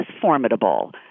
formidable